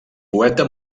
poeta